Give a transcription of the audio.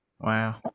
Wow